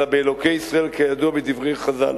אלא באלוקי ישראל, כידוע בדברי חז"ל.